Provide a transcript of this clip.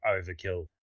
overkill